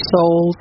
souls